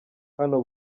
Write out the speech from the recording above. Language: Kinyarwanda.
hano